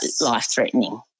life-threatening